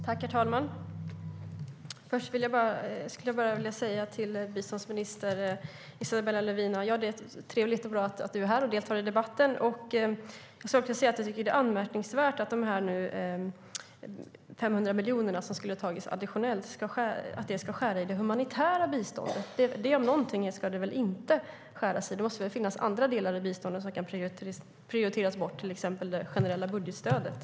Herr talman! Först vill jag säga till biståndsminister Isabella Lövin att det är trevligt och bra att hon deltar i debatten. Sedan vill jag säga att jag tycker att det är anmärkningsvärt att de 500 miljoner som skulle ha tagits additionellt nu ska skäras på det humanitära biståndet. Det om något ska det väl inte skäras i. Nog måste det finnas andra delar i biståndet som kan prioriteras bort, till exempel det generella budgetstödet.